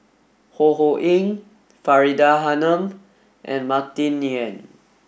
Ho Ho Ying Faridah Hanum and Martin Yan